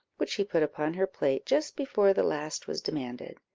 which he put upon her plate just before the last was demanded.